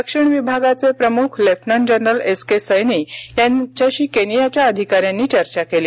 दक्षिण विभागाचे प्रमुख lieutenant general S K Saini यांच्याशी केनियाच्या अधिकाऱ्यांनी चर्चा केली